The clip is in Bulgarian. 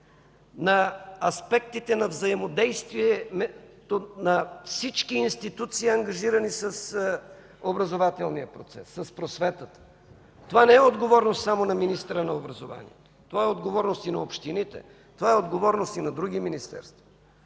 на аспектите, на взаимодействието на всички институции, ангажирани с образователния процес, с просветата. Това не е отговорност само на министъра на образованието – това е отговорност и на общините, това е отговорност и на други министерства.